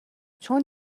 چون